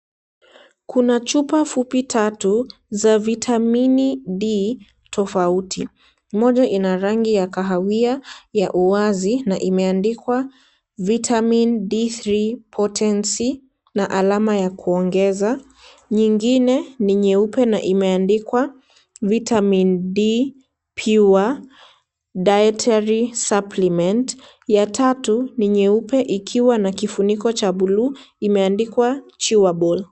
Kuna chupa fupi tatu za vitamini d tofauti, moja ina rangi ya kahawia ya uwazi na imeandikwa vitamin d three potency na alama ya kuongeza, nyingine ni nyeupe na imeandikwa vitamin d pure, dietary supplement , ya tatu ni nyeupe ikiwa na kifuniko cha buluu, imeandikwa chewable .